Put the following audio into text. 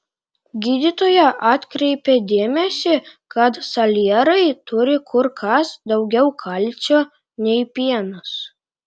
gydytoja atkreipė dėmesį kad salierai turi kur kas daugiau kalcio nei pienas